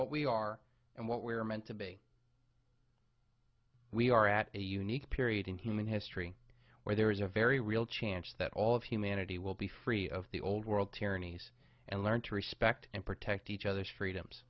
what we are and what we are meant to be we are at a unique period in human history where there is a very real chance that all of humanity will be free of the old world tyrannies and learn to respect and protect each other's freedoms